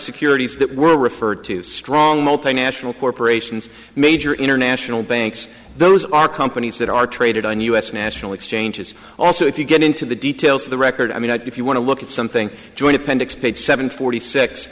securities that were referred to strong multinational corporations major international banks those are companies that are traded on u s national exchanges also if you get into the details of the record i mean if you want to look at something joint appendix page seven forty six